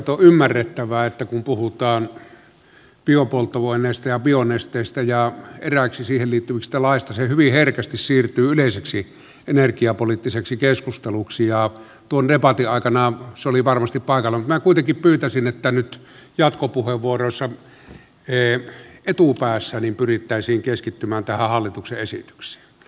on ymmärrettävää että kun puhutaan laista biopolttoaineista ja bionesteistä ja eräistä siihen liittyvistä laeista se hyvin herkästi siirtyy yleiseksi energiapoliittiseksi keskusteluksi ja tuon debatin aikana se oli varmasti paikallaan mutta minä kuitenkin pyytäisin että nyt jatkopuheenvuoroissa etupäässä pyrittäisiin keskittymään tähän hallituksen esitykseen